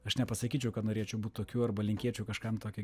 aš nepasakyčiau kad norėčiau būt tokiu arba linkėčiau kažkam tokio